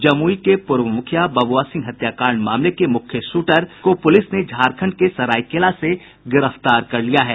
जमुई के पूर्व मुखिया बबुआ सिंह हत्याकांड मामले के मुख्य शूटर को पुलिस ने झारखंड के सरायकेला से गिरफ्तार कर लिया है